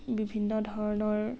বিভিন্ন ধৰণৰ